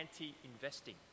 anti-investing